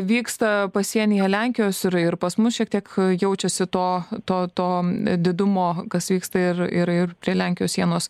vyksta pasienyje lenkijos ir ir pas mus šiek tiek jaučiasi to to to didumo kas vyksta ir ir ir prie lenkijos sienos